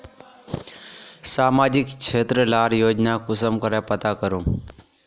सामाजिक क्षेत्र लार योजना कुंसम करे पता करूम?